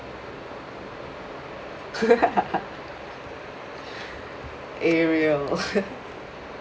ariel